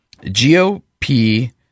GOP